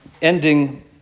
ending